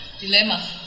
Dilemma